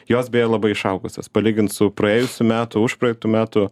jos beje labai išaugusios palygint su praėjusių metų užpraeitų metų